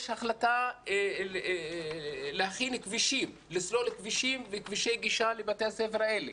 יש החלטה לסלול כבישים וכבישי גישה לבתי הספר האלה.